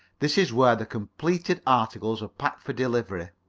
this is where the completed articles are packed for delivery.